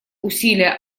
усилия